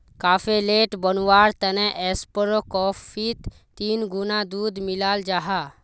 cafe latte बनवार तने ऐस्प्रो कोफ्फीत तीन गुणा दूध मिलाल जाहा